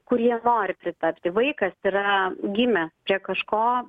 kur jie nori pritapti vaikas yra gimęs prie kažko